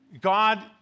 God